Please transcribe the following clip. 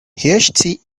html